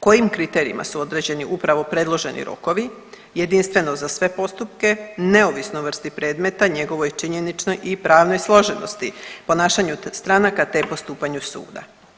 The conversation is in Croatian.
kojim kriterijima su određeni upravo predloženi rokovi jedinstveno za sve postupke neovisno o vrsti predmeta, njegovoj činjeničnoj i pravnoj složenosti, ponašanju stranaka, te postupanju suda.